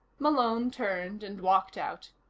malone turned and walked out.